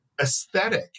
aesthetic